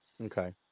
Okay